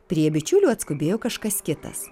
prie bičiulių atskubėjo kažkas kitas